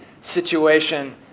situation